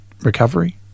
recovery